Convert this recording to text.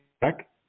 back